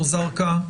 לחנות.